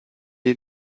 est